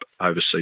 overseas